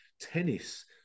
tennis